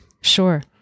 Sure